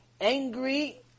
angry